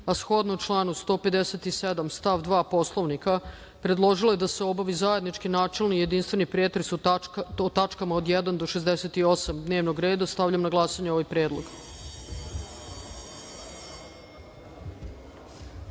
a shodno članu 157. stav 2. Poslovnika, predložila je da se obavi zajednički načelni i jedinstveni pretres o tačkama od 1. do 68. dnevnog reda. Stavljam na glasanje ovaj predlog.(Radomir